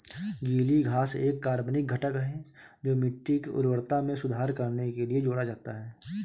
गीली घास एक कार्बनिक घटक है जो मिट्टी की उर्वरता में सुधार करने के लिए जोड़ा जाता है